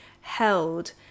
held